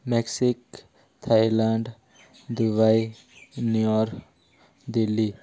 ମ୍ୟାକ୍ସିକ Thailand Dubai New York Delhi